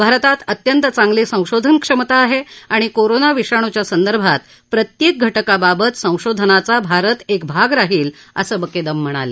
भारतात अत्यंत चांगली संशोधन क्षमता आहे आणि कोरोना विषाणुच्या संदर्भात प्रत्येक घटकाबाबत संशोधनाचा भारत भाग राहिल असं बकेदम म्हणाले